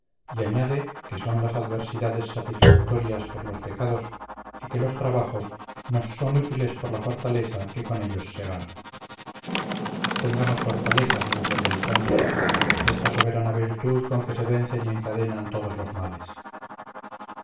y añade que son las adversidades satisfactorias por los pecados y que los trabajos nos son útiles por la fortaleza que con ellos se gana tengamos fortaleza sr d beltrán esta soberana virtud con que se vencen y encadenan todos los males